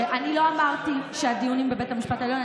אני לא אמרתי שהדיונים בבית המשפט העליון,